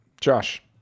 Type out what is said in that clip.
josh